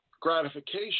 gratification